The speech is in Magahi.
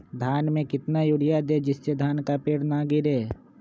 धान में कितना यूरिया दे जिससे धान का पेड़ ना गिरे?